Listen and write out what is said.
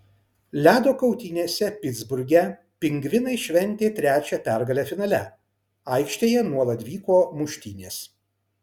ledo kautynėse pitsburge pingvinai šventė trečią pergalę finale aikštėje nuolat vyko muštynės